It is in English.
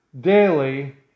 daily